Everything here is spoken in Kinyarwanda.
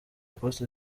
poste